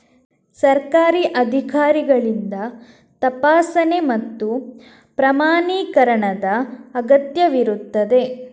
ಸರ್ಕಾರಿ ಅಧಿಕಾರಿಗಳಿಂದ ತಪಾಸಣೆ ಮತ್ತು ಪ್ರಮಾಣೀಕರಣದ ಅಗತ್ಯವಿರುತ್ತದೆ